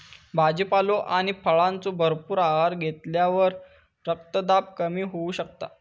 भाजीपालो आणि फळांचो भरपूर आहार घेतल्यावर रक्तदाब कमी होऊ शकता